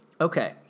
okay